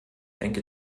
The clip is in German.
denke